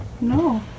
No